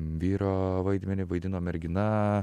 vyro vaidmenį vaidino mergina